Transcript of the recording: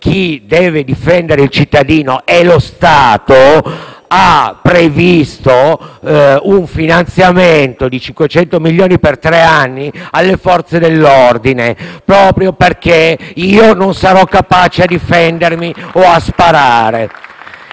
chi deve difendere il cittadino è lo Stato, ha previsto un finanziamento di 500 milioni per tre anni alle Forze dell'ordine, proprio perché io non sono capace a difendermi o a sparare.